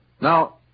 Now